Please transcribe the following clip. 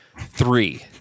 Three